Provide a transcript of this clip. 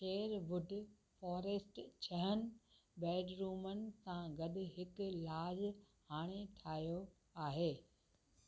Sherwood Forest छहन बेडरूमनि सां गॾु हिकु लॉज हाणे ठाहियो आहे